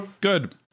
Good